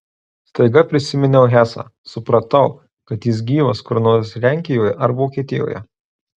staiga prisiminiau hesą supratau kad jis gyvas kur nors lenkijoje ar vokietijoje